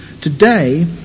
Today